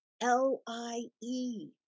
L-I-E